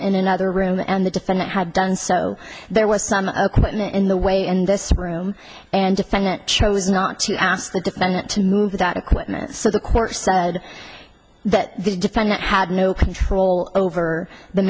in another room and the defendant had done so there was some a commitment in the way in this room and defendant chose not to ask the defendant to move that equipment so the court said that the defendant had no control over the